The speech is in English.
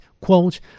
quote